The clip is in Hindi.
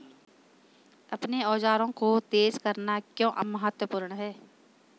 अपने औजारों को तेज करना क्यों महत्वपूर्ण है?